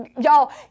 Y'all